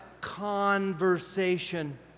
conversation